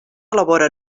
elabora